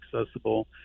accessible